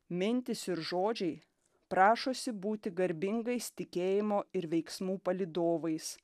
mintys ir žodžiai prašosi būti garbingais tikėjimo ir veiksmų palydovais